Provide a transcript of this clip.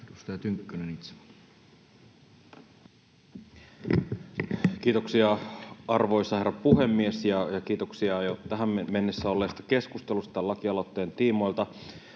15:44 Content: Kiitoksia, arvoisa herra puhemies! Ja kiitoksia jo tähän mennessä olleesta keskustelusta lakialoitteen tiimoilta.